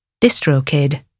DistroKid